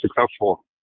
successful